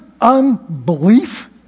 unbelief